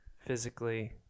Physically